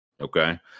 Okay